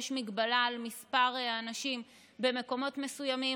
יש מגבלה על מספר אנשים במקומות מסוימים